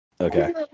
Okay